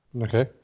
Okay